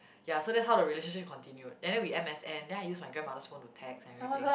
ya so that's how the relationship continued and then we m_s_n then I used my grandmother's phone to text and everything